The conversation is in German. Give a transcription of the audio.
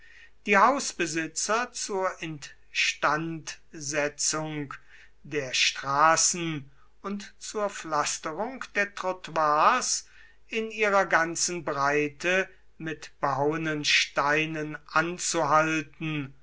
die hausbesitzer zur instandsetzung der straßen und zur pflasterung der trottoirs in ihrer ganzen breite mit behauenen steinen anzuhalten